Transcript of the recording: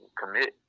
commit